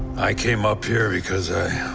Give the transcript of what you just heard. i came up here because i.